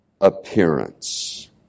appearance